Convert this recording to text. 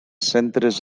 centres